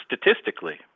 statistically